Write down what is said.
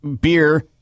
beer